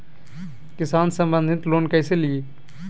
किसान संबंधित लोन कैसै लिये?